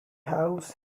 house